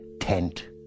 tent